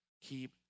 Keep